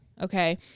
okay